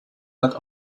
that